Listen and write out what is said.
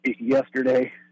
Yesterday